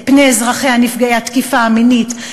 את פני אזרחיה נפגעי התקיפה המינית,